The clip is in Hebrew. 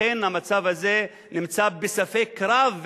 אכן המצב הזה נמצא בספק רב,